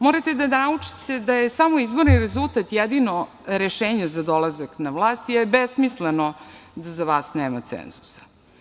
Morate da naučite da je samo izborni rezultat jedino rešenje za dolazak na vlast, je besmisleno da za vas nema cenzusa.